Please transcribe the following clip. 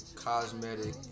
Cosmetic